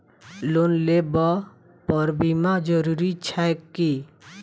Loan लेबऽ पर बीमा जरूरी छैक की?